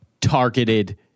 targeted